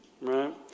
right